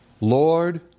Lord